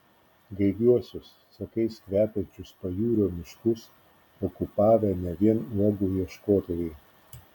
gaiviuosius sakais kvepiančius pajūrio miškus okupavę ne vien uogų ieškotojai